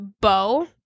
bow